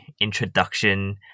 introduction